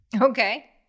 Okay